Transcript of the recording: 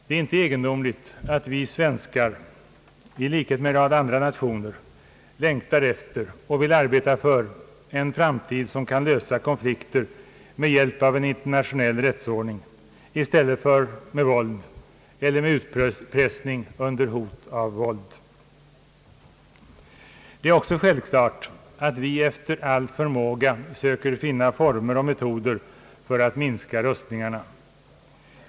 Det är inte egendomligt att vi svenskar, i likhet med en rad andra nationer, längtar efter och vill arbeta för en framtid som kan lösa konflikter med hjälp av en internationell rättsordning i stället för med våld eller med utpressning under hot om våld. Det är också självklart att vi efter all förmåga söker finna former och metoder för att minska rustningarna.